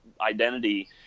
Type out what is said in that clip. identity